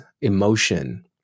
emotion